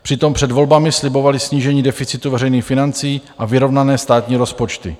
Přitom před volbami slibovali snížení deficitu veřejných financí a vyrovnané státní rozpočty.